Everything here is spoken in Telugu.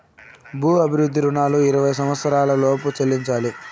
భూ అభివృద్ధి రుణాలు ఇరవై సంవచ్చరాల లోపు చెల్లించాలి